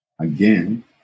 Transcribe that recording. Again